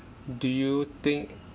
do you think